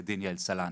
-- עוה"ד יעל סלנט,